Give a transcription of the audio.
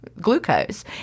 glucose